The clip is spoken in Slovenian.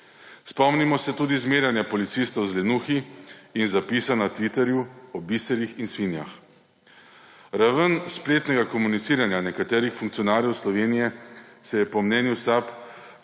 Spomnimo se tudi zmerjanja policistov z lenuhi in zapisa na Twitterju o biserih in svinjah. Raven spletnega komuniciranja nekaterih funkcionarjev Slovenije se je po mnenju SAB